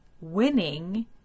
winning